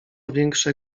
większe